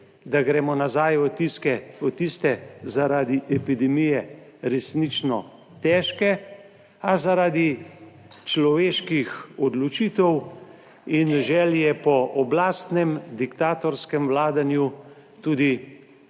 da gremo nazaj v tiste zaradi epidemije, resnično težke, a zaradi človeških odločitev in želje po oblastnem, diktatorskem vladanju tudi